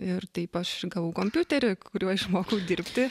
ir taip aš gavau kompiuterį kuriuo išmokau dirbti